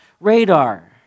radar